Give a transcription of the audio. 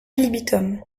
libitum